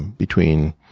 between